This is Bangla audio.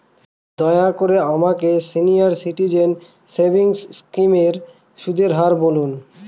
দয়া করে আমাকে সিনিয়র সিটিজেন সেভিংস স্কিমের সুদের হার বলুন